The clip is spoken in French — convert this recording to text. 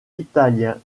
italien